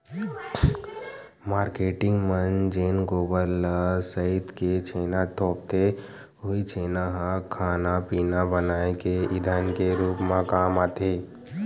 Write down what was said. marketing मन जेन गोबर ल सइत के छेना थोपथे उहीं छेना ह खाना पिना बनाए के ईधन के रुप म काम आथे